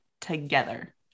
together